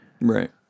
Right